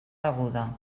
deguda